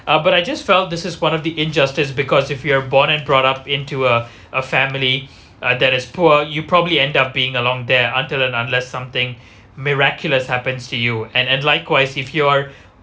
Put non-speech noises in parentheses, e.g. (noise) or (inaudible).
uh but I just felt this is one of the injustice because if you are born and brought up into a a family uh that is poor you probably end up being along there until end unless something (breath) miraculous happens to you and and likewise if you are